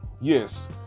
yes